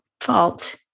fault